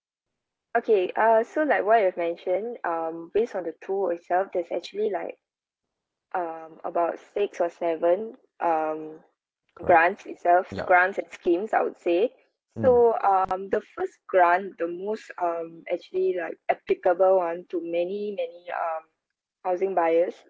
okay uh so like what you have mentioned um based on the itself there's actually like um about six or seven um grants itself grants and schemes I would say so um the first grant the most um actually like applicable one to many many um housing buyers